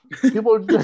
People